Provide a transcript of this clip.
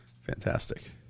Fantastic